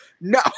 no